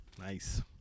Nice